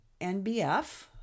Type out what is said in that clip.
NBF